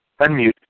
Unmute